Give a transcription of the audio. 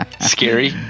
Scary